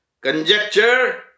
conjecture